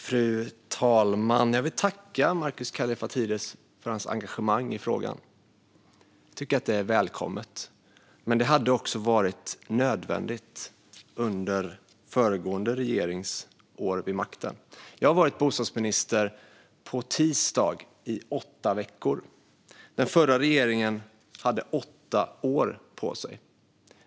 Fru talman! Jag vill tacka Markus Kallifatides för hans engagemang i frågan. Det är välkommet. Men det hade varit nödvändigt också under den föregående regeringens år vid makten. Jag har på tisdag varit bostadsminister i åtta veckor. Den förra regeringen hade åtta år på sig.